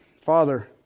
Father